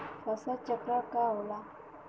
फसल चक्रण का होला?